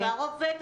זה כבר עובד?